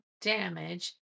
damage